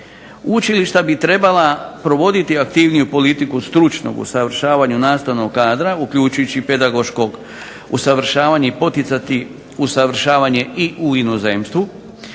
Učilišta bi trebala provoditi aktivniju politiku stručnog usavršavanja nastavnog kadra uključujući i pedagoškog usavršavanje i poticati usavršavanje i u inozemstvu.